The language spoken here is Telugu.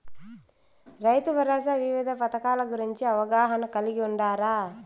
రైతుభరోసా వివిధ పథకాల గురించి అవగాహన కలిగి వుండారా?